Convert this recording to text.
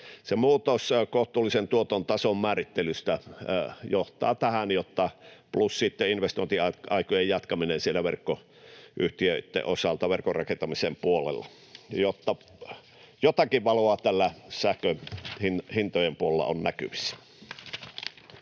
muutos kohtuullisen tuoton tason määrittelyssä johtaa tähän, plus sitten investointiaikojen jatkaminen verkkoyhtiöitten osalta verkon rakentamisen puolella. Eli jotakin valoa tällä sähköhintojen puolella on näkyvissä.